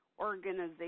organization